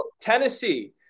Tennessee